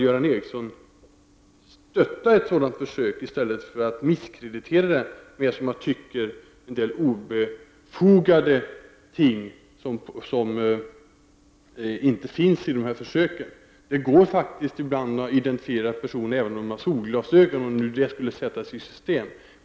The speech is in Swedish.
Göran Ericsson borde stötta sådana här försök i stället för att misskreditera dem med, som jag tycker, en del obefogade ting som inte har med denna försöksverksamhet att göra. Det går faktiskt ibland att identifiera en person även om denne har solglasögon, om nu bärandet av sådana skulle sättas i system.